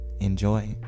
Enjoy